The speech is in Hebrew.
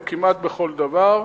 או כמעט בכל דבר,